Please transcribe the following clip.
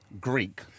Greek